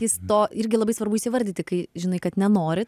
jis to irgi labai svarbu įsivardyti kai žinai kad nenori